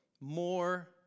more